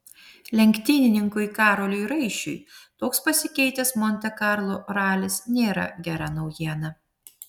lenktynininkui karoliui raišiui toks pasikeitęs monte karlo ralis nėra gera naujiena